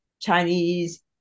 Chinese